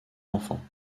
enfants